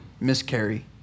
miscarry